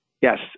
Yes